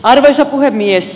arvoisa puhemies